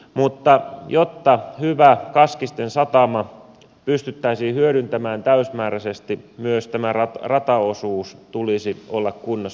mutta jotta hyvä kaskisten satama pystyttäisiin hyödyntämään täysimääräisesti myös tämän rataosuuden tulisi olla kunnossa